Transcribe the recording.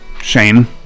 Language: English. Shane